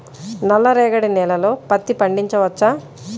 నల్ల రేగడి నేలలో పత్తి పండించవచ్చా?